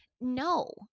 No